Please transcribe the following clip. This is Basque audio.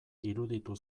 iruditu